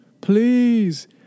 Please